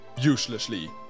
uselessly